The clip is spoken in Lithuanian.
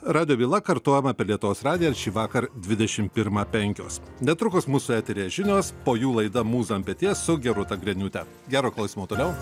rado byla kartojama per lietuvos radiją šįvakar dvidešimt pirmą penkio netrukus mūsų eteryje žinios po jų laida mūza ant peties su gerūta griniūte gero klausymo toliau